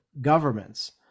governments